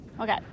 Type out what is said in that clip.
Okay